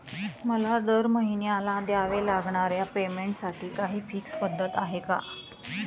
मला दरमहिन्याला द्यावे लागणाऱ्या पेमेंटसाठी काही फिक्स पद्धत आहे का?